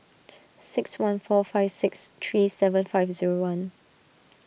six one four five six three seven five zero one